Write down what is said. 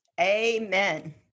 Amen